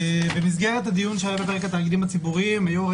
במסגרת הדיון שהיה בפרק התאגידים הציבוריים היו"ר